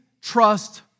trust